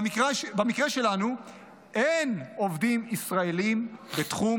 במקרה שלנו אין עובדים ישראלים בתחום